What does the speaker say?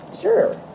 sure